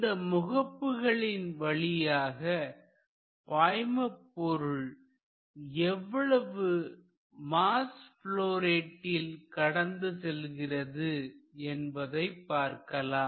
இந்த முகப்புகளில் வழியாக பாய்மபொருள் எவ்வளவு மாஸ் ப்லொ ரேட்டில் கடந்து செல்கிறது என்பதை பார்க்கலாம்